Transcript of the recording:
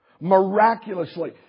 Miraculously